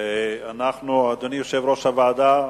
אדוני יושב-ראש הוועדה